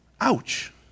Ouch